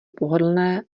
pohodlné